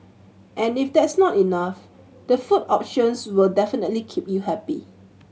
and if that's not enough the food options will definitely keep you happy